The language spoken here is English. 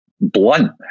blunt